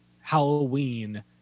Halloween